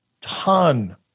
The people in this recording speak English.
ton